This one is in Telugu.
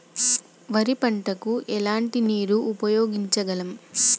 వరి పంట కు ఎలాంటి నీరు ఉపయోగించగలం?